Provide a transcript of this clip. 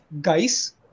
guys